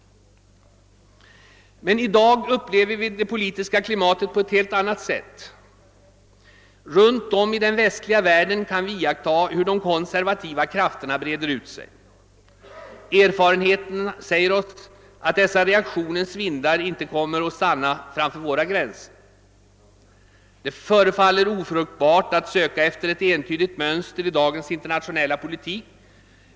I dag upplever vi det politiska klimatet på ett helt annat sätt. Runt om i den västliga världen kan vi iaktta hur de konservativa krafterna breder ut sig. Erfarenheten säger oss att dessa reaktionens vindar inte kommer att stanna framför vårt lands gränser. Det förefaller ofruktbart att söka efter ett entydigt mönster i dagens internationella politik.